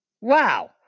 Wow